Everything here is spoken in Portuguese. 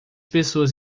pessoas